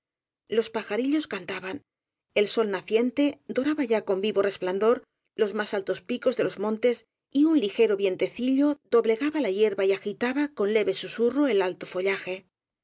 los pajarillos cantaban el sol naciente doraba ya con vivo resplandor los más altos picos de los montes y un ligero vientecillo doblegaba la hierba y agitaba con leve susurro el alto follaje